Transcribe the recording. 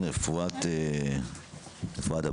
רפואה עד הבית,